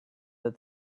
that